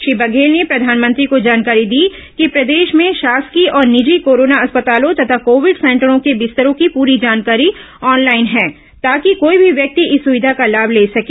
श्री बघेल ने प्रधानमंत्री को जानकारी दी कि प्रदेश में शासकीय और निजी कोरोना अस्पतालों तथा कोविड सेंटरों के बिस्तरों की पूरी जानकारी ऑनलाइन है ताकि कोई भी व्यक्ति इस सुविधा का लाभ ले सके